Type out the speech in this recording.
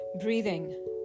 Breathing